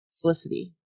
Felicity